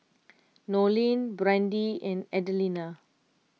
Nolen Brandi and Adelina